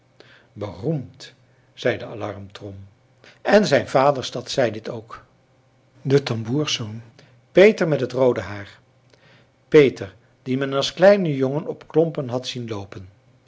beroemd zei de alarmtrom en zijn vaderstad zei dit ook de tamboerszoon peter met het roode haar peter dien men als kleinen jongen op klompen had zien loopen